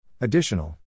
additional